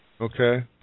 Okay